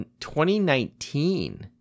2019